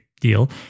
deal